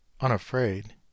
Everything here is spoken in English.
unafraid